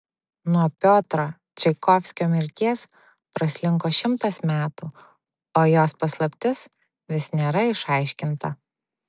nuo piotro čaikovskio mirties praslinko šimtas metų o jos paslaptis vis nėra išaiškinta